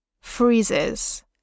freezes